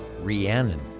Rhiannon